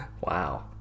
Wow